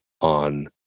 on